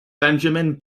benjamin